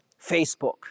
Facebook